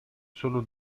sono